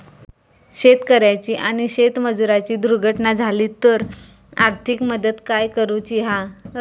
शेतकऱ्याची आणि शेतमजुराची दुर्घटना झाली तर आर्थिक मदत काय करूची हा?